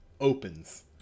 opens